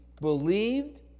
believed